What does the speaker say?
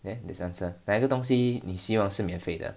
there this answer 哪一个东西你希望是免费的